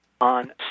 On